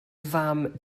fam